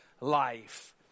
life